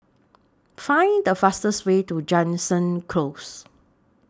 Find The fastest Way to Jansen Close